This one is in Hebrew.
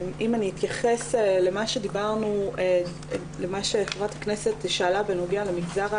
אם אני אתייחס לשאלת חברת הכנסת בנוגע למגזר הערבי.